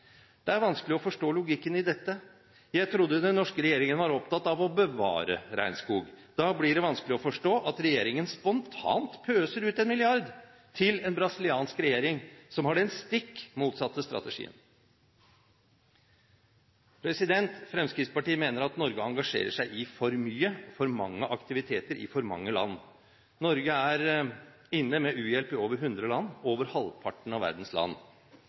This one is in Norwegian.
Det er vanskelig å forstå logikken i dette. Jeg trodde den norske regjeringen var opptatt av å bevare regnskog. Da blir det vanskelig å forstå at regjeringen spontant pøser ut 1 mrd. kr til en brasiliansk regjering som har den stikk motsatte strategien. Fremskrittspartiet mener at Norge engasjerer seg i for mye, med for mange aktiviteter i for mange land. Norge er inne med u-hjelp i over 100 land – over halvparten av verdens land. Vi burde heller konsentrere oss om noen få land